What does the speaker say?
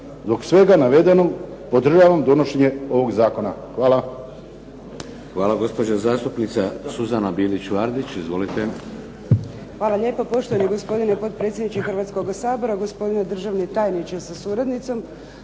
Zbog svega navedenog podržavam donošenje ovog zakona. Hvala.